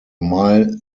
mile